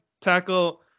tackle